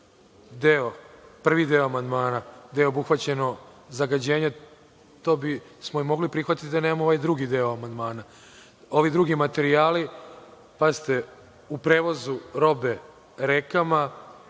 prvi deo amandmana, gde je obuhvaćeno zagađenje, to bismo i mogli da prihvatimo da nemamo ovaj drugi deo amandmana. Ovi drugi materijali, pazite, u prevozu robe rekama,